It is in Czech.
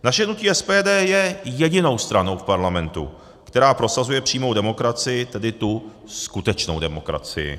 Naše hnutí SPD je jedinou stranou v Parlamentu, která prosazuje přímou demokracii, tedy tu skutečnou demokracii.